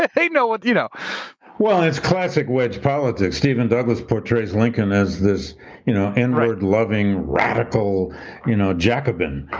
and they know what. you know well, and it's classic wedge politics. steven douglas portrays lincoln as this you know inward loving radical you know jacobin,